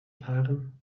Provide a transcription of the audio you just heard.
fahren